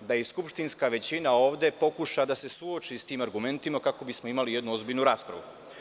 da i skupštinska većina ovde pokuša da se suoči sa tim argumentima, kako bismo imali jednu ozbiljnu raspravu.